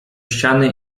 ściany